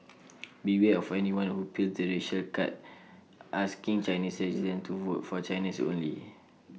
beware of anyone who plays the racial card asking Chinese residents to vote for Chinese only